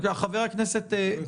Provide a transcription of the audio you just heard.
ברשותך.